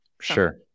sure